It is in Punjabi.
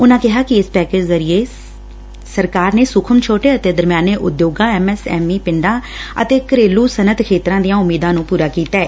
ਉਨਾਂ ਕਿਹਾ ਕਿ ਇਸ ਪੈਕੇਜ ਜ਼ਰੀਏ ਸਰਕਾਰ ਸੁਖ਼ਮ ਛੋਟੇ ਅਤੇ ਦਰਮਿਆਨੇ ਉਦਯੋਗ ਐਮ ਐਸ ਐਮ ਈ ਪਿੰਡਾਂ ਅਤੇ ਘਰੇਲੁ ਸੱਨਅਤ ਖੇਤਰ ਦੀਆਂ ਉਮੀਦਾਂ ਨੂੰ ਪੁਰਾ ਕੀਤੈ